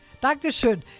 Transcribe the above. Dankeschön